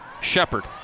Shepard